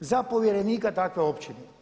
za povjerenika takve općine.